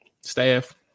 staff